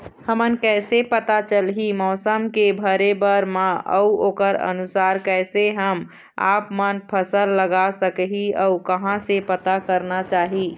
हमन कैसे पता चलही मौसम के भरे बर मा अउ ओकर अनुसार कैसे हम आपमन फसल लगा सकही अउ कहां से पता करना चाही?